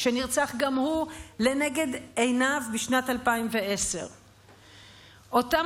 שנרצח גם הוא לנגד עיניו בשנת 2010. אותם